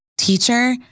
Teacher